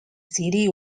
city